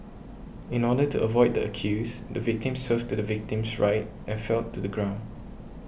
in order to avoid the accused the victim swerved to the victim's right and fell to the ground